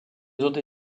hautes